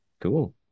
cool